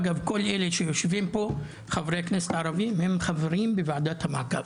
אגב כל אלה שיושבים פה חברי הכנסת הערבים הם חברים בוועדת המעקב,